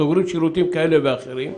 סוגרים שירותים כאלה ואחרים,